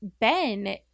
Ben